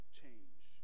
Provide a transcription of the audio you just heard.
change